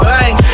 Bang